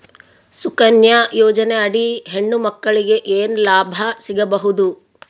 ಸುಕನ್ಯಾ ಯೋಜನೆ ಅಡಿ ಹೆಣ್ಣು ಮಕ್ಕಳಿಗೆ ಏನ ಲಾಭ ಸಿಗಬಹುದು?